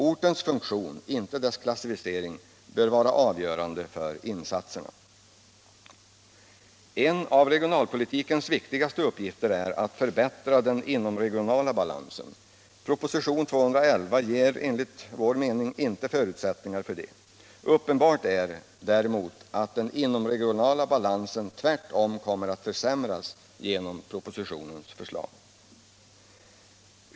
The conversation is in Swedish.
Ortens funktion, inte dess klassificering, bör vara avgörande för insatserna. En av regionalpolitikens viktigaste uppgifter är att förbättra den inomregionala balansen. Proposition 211 ger inte förutsättningarna härför. Uppenbart är däremot att den inomregionala balansen kommer att försämras genom dess förslag.